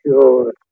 sure